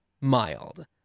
mild